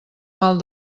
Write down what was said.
mal